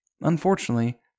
Unfortunately